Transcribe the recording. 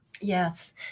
Yes